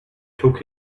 took